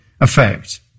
effect